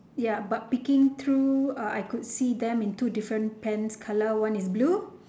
ya but peeking through uh I could see them in two different pants colour one is blue